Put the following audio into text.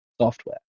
software